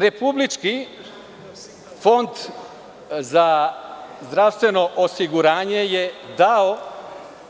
Republički fond za zdravstveno osiguranje je dao